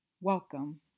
Welcome